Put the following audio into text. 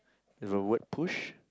with a word push